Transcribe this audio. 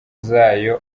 zayo